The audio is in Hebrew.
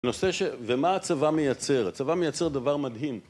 נושא ש... ומה הצבא מייצר? הצבא מייצר דבר מדהים.